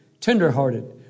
tenderhearted